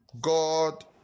God